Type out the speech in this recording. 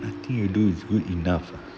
nothing you do is good enough